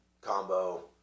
combo